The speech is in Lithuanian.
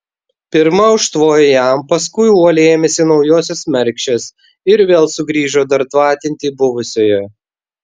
pirma užtvojo jam paskui uoliai ėmėsi naujosios mergšės ir vėl sugrįžo dar tvatinti buvusiojo